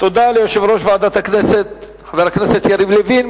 תודה ליושב-ראש ועדת הכנסת, חבר הכנסת יריב לוין.